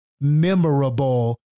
memorable